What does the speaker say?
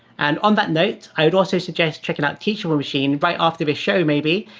and on that note, i would also suggest checking out teachable machine, right after this show maybe.